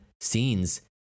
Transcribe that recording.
scenes